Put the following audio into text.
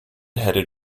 headed